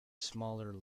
smaller